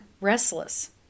restless